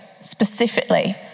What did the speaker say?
specifically